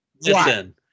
listen